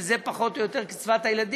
שזה פחות או יותר קצבת הילדים,